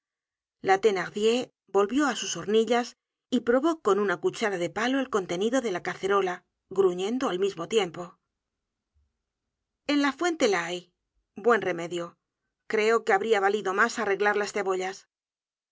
la thenardier volvió á sus hornillas y probó con una cuchara de palo el contenido de la cacerola gruñendo al mismo tiempo en la fuente la hay buen remedio creo que habria valido mas arreglar las cebollas